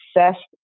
obsessed